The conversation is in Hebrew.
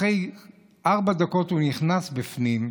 אחרי ארבע דקות הוא נכנס פנימה.